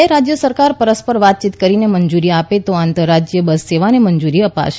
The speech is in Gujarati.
બે રાજ્ય સરકાર પરસ્પર વાતચીત કરીને મંજૂરી આપે તો આંતરરાજ્ય બસ સેવાને મંજૂરી અપાશે